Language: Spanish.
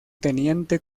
teniente